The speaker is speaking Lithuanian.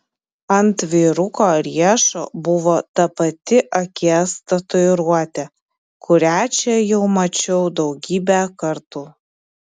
ant vyruko riešo buvo ta pati akies tatuiruotė kurią čia jau mačiau daugybę kartų